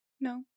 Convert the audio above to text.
No